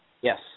Yes